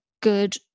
good